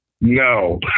No